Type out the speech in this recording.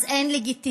אז אין לגיטימיות,